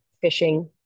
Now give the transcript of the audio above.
fishing